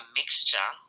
mixture